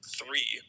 three